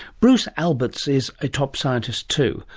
bruce alberts is a top scientist too,